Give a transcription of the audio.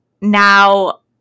now